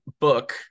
book